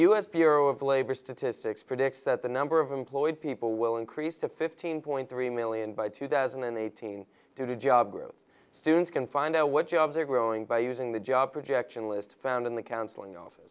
s bureau of labor statistics predicts that the number of employed people will increase to fifteen point three million by two thousand and eighteen due to job growth students can find out what jobs are growing by using the job projection list found in the counseling office